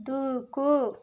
దూకు